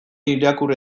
irakur